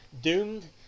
Doomed